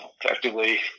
effectively